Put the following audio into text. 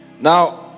Now